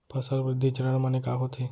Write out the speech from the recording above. फसल वृद्धि चरण माने का होथे?